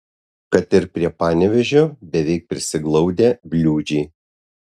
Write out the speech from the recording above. kad ir prie panevėžio beveik prisiglaudę bliūdžiai